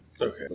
Okay